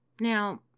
Now